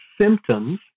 symptoms